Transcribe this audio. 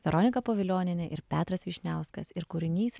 veronika povilionienė ir petras vyšniauskas ir kūrinys